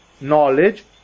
knowledge